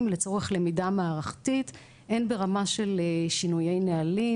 לצורך למידה מערכתית הן ברמה של שינויי נהלים,